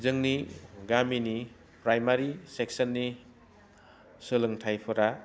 जोंनि गामिनि प्राइमारी सेकशननि सोलोंथाइफोरा